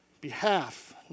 behalf